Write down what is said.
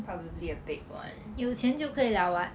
probably a big one